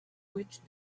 witch